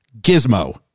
gizmo